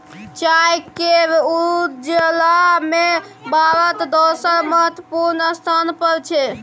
चाय केर उपजा में भारत दोसर महत्वपूर्ण स्थान पर छै